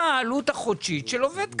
אני מבקש שהתחשיב יהיה לפי 55 שקלים, לא לפי